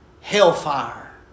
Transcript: Hellfire